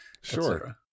sure